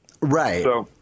Right